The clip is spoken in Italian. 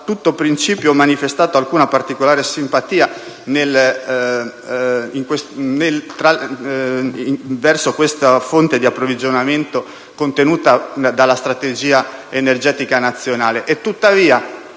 ho da principio manifestato alcuna particolare simpatia verso questa fonte di approvvigionamento contenuta nella strategia energetica nazionale;